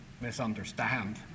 misunderstand